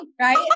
right